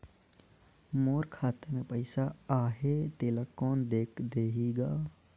मोर खाता मे पइसा आहाय तेला कोन देख देही गा?